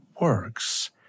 works